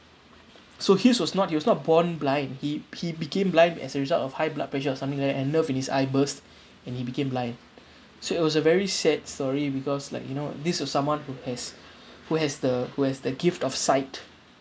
so he's was not he was not born blind he he became blind as a result of high blood pressure or something like that and nerves in his eyes burst and he became blind so it was a very sad story because like you know this was someone who has who has the who has the gift of sight